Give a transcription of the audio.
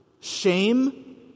shame